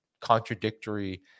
contradictory